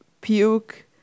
puke